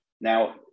now